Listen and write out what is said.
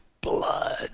blood